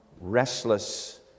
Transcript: restless